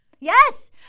Yes